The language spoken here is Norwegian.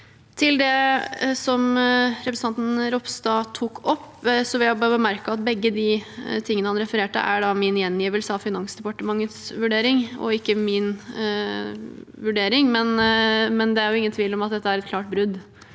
Til det representanten Ropstad tok opp, vil jeg bare bemerke at begge de tingene han refererte til, er min gjengivelse av Finansdepartementets vurdering, det er ikke min vurdering. Men det er ingen tvil om at dette er et klart brudd,